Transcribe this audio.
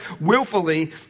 willfully